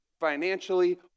financially